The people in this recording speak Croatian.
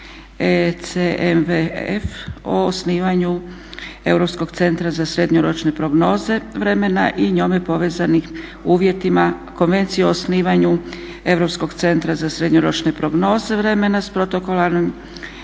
ECMWF-a o osnivanju europskog centra za srednjoročne prognoze vremena i njome povezanim uvjetima, Konvencije o osnivanju europskog centra za srednjoročne prognoze vremena s protokolom